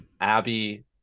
abby